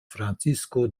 francisko